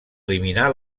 eliminar